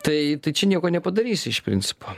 tai tai čia nieko nepadarysi iš principo